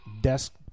desk